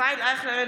ישראל אייכלר,